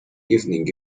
evening